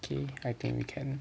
okay I think we can